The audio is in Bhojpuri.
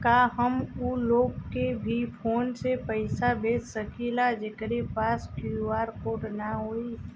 का हम ऊ लोग के भी फोन से पैसा भेज सकीला जेकरे पास क्यू.आर कोड न होई?